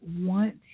want